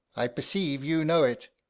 i perceive you know it.